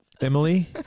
Emily